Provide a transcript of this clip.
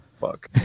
Fuck